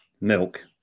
milk